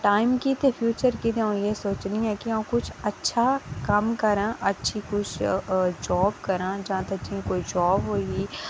time गी ते future गी अ'ऊं एह् सोचनी आं कि अच्छा अ'ऊं कम्म करां अच्छी जॉब करां जां ते कोई जॉब होई